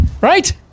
right